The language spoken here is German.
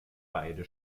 beide